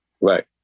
Right